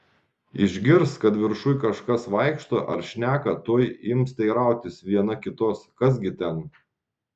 išgirs kad viršuj kažkas vaikšto ar šneka tuoj ims teirautis viena kitos kas gi ten